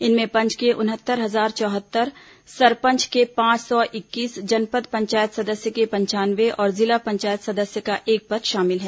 इनमें पंच के उनहत्तर हजार चौहत्तर सरपंच के पांच सौ इक्कीस जनपद पंचायत सदस्य के पंचानवे और जिला पंचायत सदस्य का एक पद शामिल है